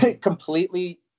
completely